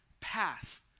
path